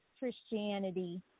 Christianity